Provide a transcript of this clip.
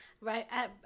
right